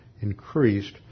increased